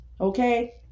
okay